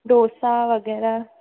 डोसा वग़ैरह